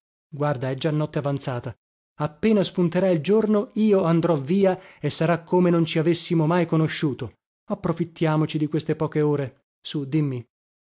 guarda è già notte avanzata appena spunterà il giorno io andrò via e sarà come non ci avessimo mai conosciuto approfittiamoci di queste poche ore sù dimmi